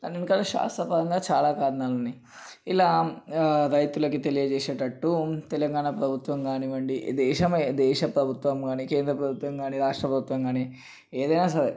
దాని వెనకాల శాస్త్రపరంగా చాలా కారణాలు ఉన్నాయి ఇలా రైతులకు తెలియజేసేటట్టు తెలంగాణ ప్రభుత్వం కానివ్వండి దేశమే దేశ ప్రభుత్వం కానీ కేంద్ర ప్రభుత్వం కానీ రాష్ట్ర ప్రభుత్వం కానీ ఏదైనా సరే